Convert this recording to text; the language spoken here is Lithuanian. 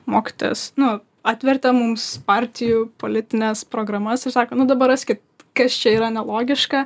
mokytojas nu atvertė mums partijų politines programas ir sako nu dabar raskit kas čia yra nelogiška